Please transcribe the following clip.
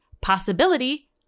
possibility